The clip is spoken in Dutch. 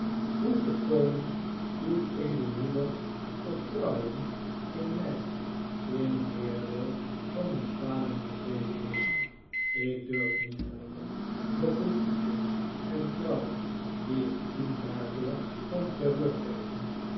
hoe volkomen uw edelmoedig vertrouwen in mij in weerwil van die dwaling gebleven is ik durf niet hopen dat de liefde en trouw die ik u daarvoor kan teruggeven